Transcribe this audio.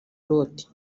loti